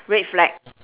red flag